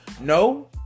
No